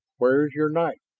where is your knife?